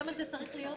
זה מה שצריך להיות.